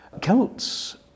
Celts